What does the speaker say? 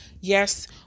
Yes